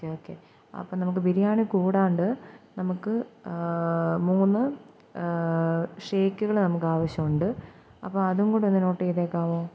okay okay അപ്പോള് നമുക്ക് ബിരിയാണി കൂടാണ്ട് നമുക്ക് മൂന്ന് ഷേക്കുകള് നമുക്കാവശ്യമുണ്ട് അപ്പോള് അതും കൂടെ ഒന്ന് നോട്ട് ചെയ്തേക്കാമോ